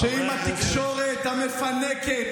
חברי הכנסת.